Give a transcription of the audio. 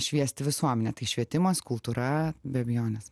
šviesti visuomenę tai švietimas kultūra be abejonės